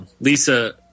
Lisa